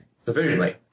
sufficiently